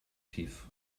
tief